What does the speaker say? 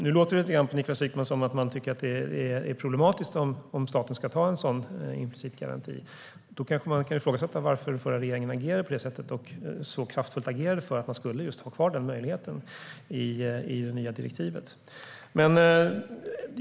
Nu låter det lite grann på Niklas Wykman som att han tycker att det är problematiskt om staten ska ta en sådan implicit garanti. Då kanske man kan ifrågasätta varför den förra regeringen agerade på det sättet och så kraftfullt agerade för att denna möjlighet skulle vara kvar i det nya direktivet.